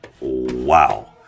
Wow